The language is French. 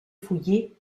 fouillé